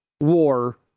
war